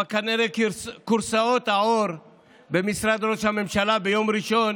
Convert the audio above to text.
אבל כנראה כורסאות העור במשרד ראש הממשלה ביום ראשון